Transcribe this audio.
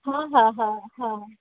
હા હા હા હા